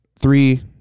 three